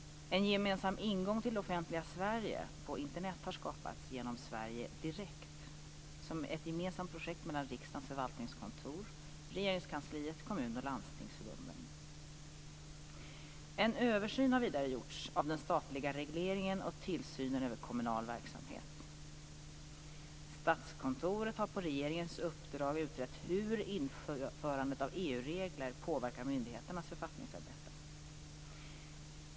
En gemensam ingång till det offentliga Sverige på Internet har skapats genom Sverige Direkt som ett gemensamt projekt mellan riksdagens förvaltningskontor, Regeringskansliet, kommun och landstingsförbunden. En översyn har vidare gjorts av den statliga regleringen och tillsynen över kommunal verksamhet. Statskontoret har på regeringens uppdrag utrett hur införandet av EU-regler påverkar myndigheternas författningsarbete.